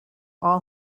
all